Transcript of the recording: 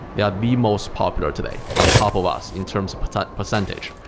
they are the most popular today on top of us in terms of but percentage.